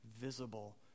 visible